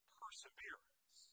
perseverance